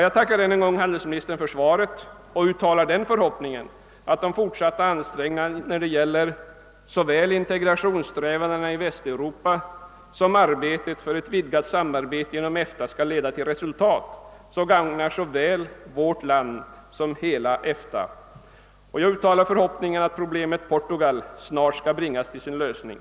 Jag tackar än en gång handelsministern för svaret och uttalar förhoppningen att de fortsatta ansträngningarna när det gäller såväl integrationssträvandena i Västeuropa som arbetet för ett vidgat samarbete inom EFTA skall leda till resultat, vilka gagnar både oss och de övriga länderna. Jag hoppas också att problemet Portugal snarast skall bringas till en lösning.